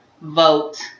vote